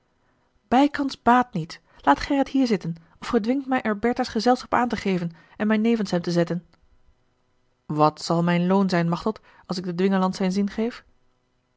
bijkans baat niet laat gerrit hier zitten of gij dwingt mij er bertha's gezelschap aan te geven en mij nevens hem te zetten wat zal mijn loon zijn machteld als ik den dwingeland zijn zin geef